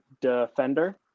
defender